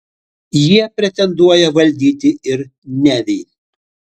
jie pretenduoja valdyti ir nevį